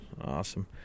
Awesome